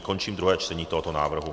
Končím druhé čtení tohoto návrhu.